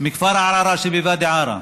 מכפר ערערה שבוואדי עארה.